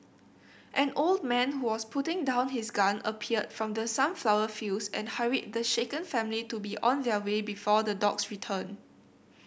an old man who was putting down his gun appeared from the sunflower fields and hurried the shaken family to be on their way before the dogs return